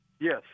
Yes